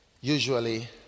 usually